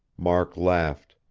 mark laughed.